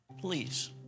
please